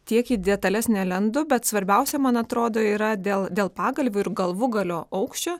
tiek į detales nelendu bet svarbiausia man atrodo yra dėl dėl pagalvių ir galvūgalio aukščio